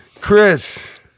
Chris